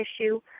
issue